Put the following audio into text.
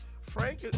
Frank